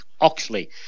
Oxley